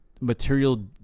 material